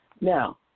Now